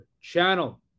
channel